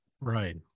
Right